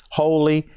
holy